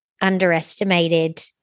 underestimated